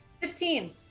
Fifteen